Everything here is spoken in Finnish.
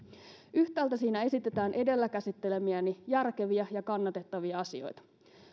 yhtäältä siinä esitetään edellä käsittelemiäni järkeviä ja kannatettavia asioita